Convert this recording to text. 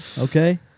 Okay